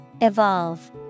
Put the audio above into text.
Evolve